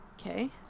Okay